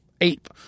ape